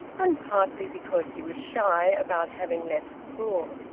and partly because he was shy about having left school.